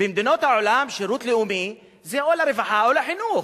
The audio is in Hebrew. במדינות העולם שירות לאומי זה או לרווחה או לחינוך.